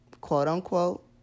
quote-unquote